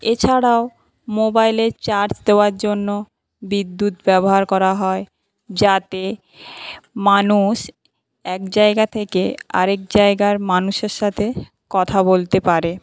এছাড়াও মোবাইলের চার্জ দেওয়ার জন্য বিদ্যুৎ ব্যবহার করা হয় যাতে মানুষ এক জায়গা থেকে আরেক জায়গার মানুষের সাথে কথা বলতে পারে